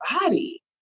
body